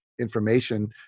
information